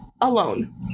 alone